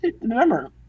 remember